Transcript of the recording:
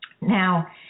Now